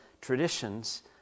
traditions